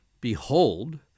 Behold